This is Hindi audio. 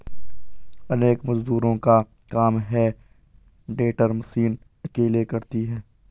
अनेक मजदूरों का काम हे टेडर मशीन अकेले करती है